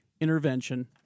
intervention